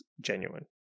genuine